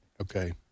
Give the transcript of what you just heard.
Okay